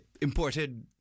imported